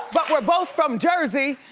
but we're both from jersey.